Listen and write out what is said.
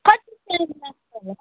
कति बेर लाग्छ र